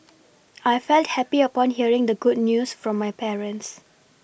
I felt happy upon hearing the good news from my parents